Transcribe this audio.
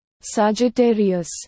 Sagittarius